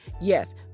yes